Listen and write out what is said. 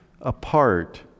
apart